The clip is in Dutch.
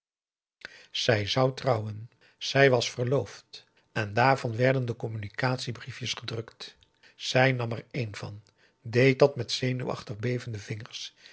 zij zou trouwen zij was verloofd en daarvan werden communicatie briefjes gedrukt zij nam er één van deed dat met zenuwachtig bevende vingers